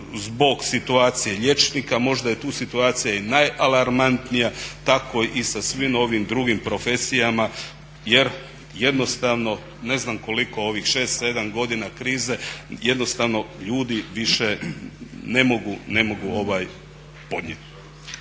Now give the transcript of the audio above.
zbog situacije liječnika, možda je tu situacija i najalarmantnija, tako i sa svim ovim drugim profesijama jer jednostavno ne znam koliko ovih 6-7 godina krize jednostavno ljudi više ne mogu podnijeti.